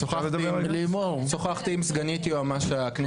שוחחתי עם סגנית יועמ"ש הכנסת.